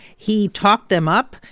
he talked them up.